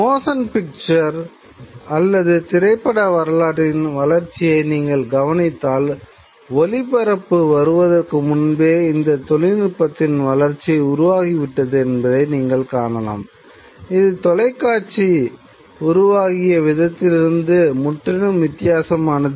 motion picture உருவாகிய விதத்திலிருந்து முற்றிலும் வித்தியாசமானது